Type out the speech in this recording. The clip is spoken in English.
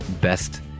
best